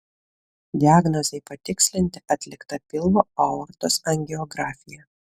diagnozei patikslinti atlikta pilvo aortos angiografija